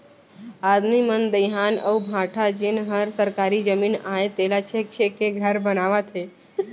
आदमी मन दइहान अउ भाठा जेन हर सरकारी जमीन अय तेला छेंक छेंक के घर बनावत हें